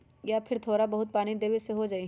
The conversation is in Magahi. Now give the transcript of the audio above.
या फिर थोड़ा बहुत पानी देबे से हो जाइ?